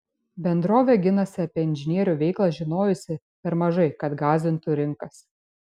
bendrovė ginasi apie inžinierių veiklą žinojusi per mažai kad gąsdintų rinkas